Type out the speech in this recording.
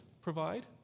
provide